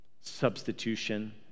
Substitution